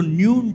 new